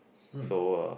so uh